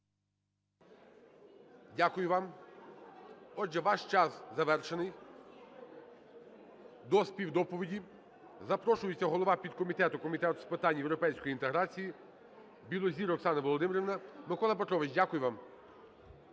Дякую вам. Отже, ваш час завершений. До співдоповіді запрошується голова підкомітету Комітету з питань європейської інтеграції Білозір Оксана Володимирівна. Микола Петровичу, дякую вам.